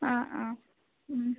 ആ ആ മ്